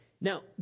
Now